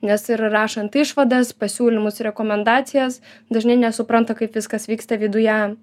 nes ir rašant išvadas pasiūlymus rekomendacijas dažnai nesupranta kaip viskas vyksta viduje